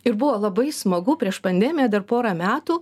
ir buvo labai smagu prieš pandemiją dar porą metų